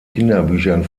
kinderbüchern